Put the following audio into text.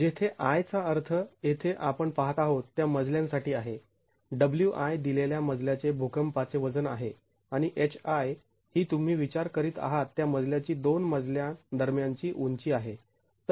जेथे i चा अर्थ येथे आपण पाहत आहोत त्या मजल्यांसाठी आहे Wi दिलेल्या मजल्याचे भूकंपाचे वजन आहे आणि hi ही तुम्ही विचार करीत आहात त्या मजल्याची दोन मजल्यां दरम्यानची उंची आहे